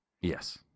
Yes